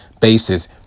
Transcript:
basis